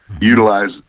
utilize